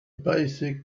basic